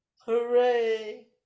Hooray